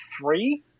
three